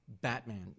Batman